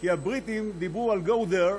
כי הבריטים אמרו Go there,